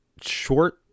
short